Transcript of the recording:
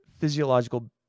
physiological